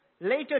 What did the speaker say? Later